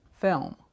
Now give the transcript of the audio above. film